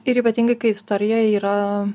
ir ypatingai kai istorijoje yra